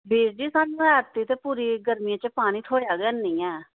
बीर जी ऐतगी असेंगी पूरी गर्मी बिच्च ते पानी थ्होया गै नेईं ऐ